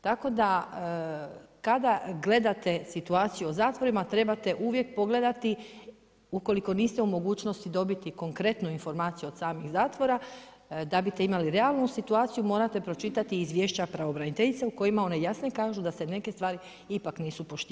Tako da kada gledate situaciju u zatvorima, trebate uvijek pogledati ukoliko niste u mogućnosti donositi konkretnu informaciju od samih zatvora, da bi ste imali realnu situaciju, morate pročitati izvješća pravobraniteljica u kojima one jasno kažu da se neke stvari ipak nisu poštivale.